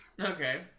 Okay